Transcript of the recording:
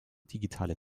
digitale